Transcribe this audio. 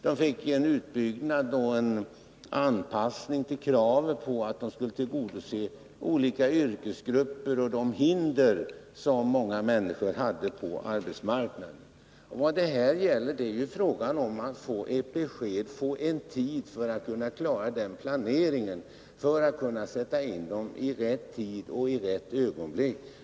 De fick en utbyggnad och anpassning med hänsyn till kravet att de skulle tillgodose olika yrkesgrupper och minska de hinder som fanns för många människor på arbetsmarknaden. Det gäller ju här att få tid för att klara denna planering, för att kunna sätta in beredskapsarbetena i rätt tid och i rätt ögonblick.